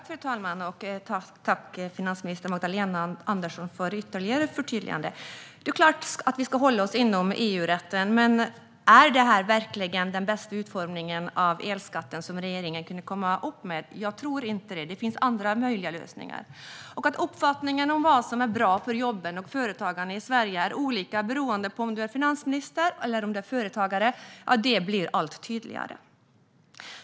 Fru talman! Tack, finansminister Magdalena Andersson, för ytterligare förtydligande! Det är klart att vi ska hålla oss till EU-rätten. Men är detta verkligen den bästa utformningen av elskatten som regeringen kunde komma fram med? Jag tror inte det. Det finns andra möjliga lösningar. Att uppfattningen om vad som är bra för jobben och företagande i Sverige är olika beroende på om man är finansminister eller företagare blir allt tydligare.